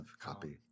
copy